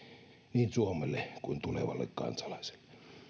niin suomelle kuin tulevalle kansalaiselle